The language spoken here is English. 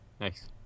Nice